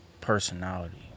personality